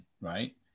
right